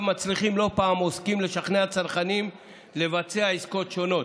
מצליחים לא פעם עוסקים לשכנע צרכנים לבצע עסקאות שונות.